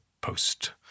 post